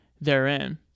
therein